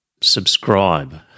subscribe